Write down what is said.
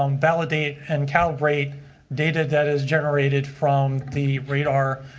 um validate and calibrate data that is generated from the radar